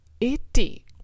Eighty